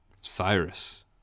Cyrus